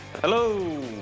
Hello